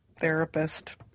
therapist